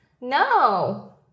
No